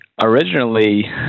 originally